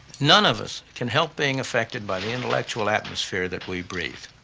none of us can help being affected by the intellectual atmosphere that we breathe.